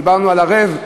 דיברנו על ערב,